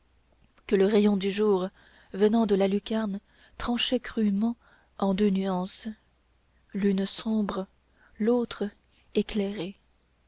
que le rayon de jour venant de la lucarne tranchait crûment en deux nuances l'une sombre l'autre éclairée